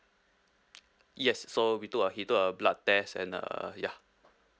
yes so we do a he do a blood test and uh ya